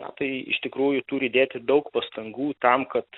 na tai iš tikrųjų turi dėti daug pastangų tam kad